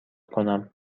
کنم